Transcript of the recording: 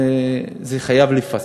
זה חייב להיפסק.